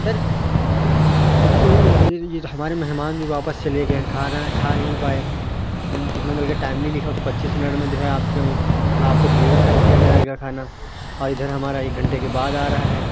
سر یہ تو یہ یہ تو ہمارے مہمان بھی واپس چلے گئے کھانا کھا نہیں پائے اس میں بلکہ ٹائملی لکھا ہوا تھا پچیس منٹ میں جو ہے آپ کے آپ کو ڈلیور کر دیا جائے گا کھانا اور ادھر ہمارا ایک گھنٹے کے بعد آ رہا ہے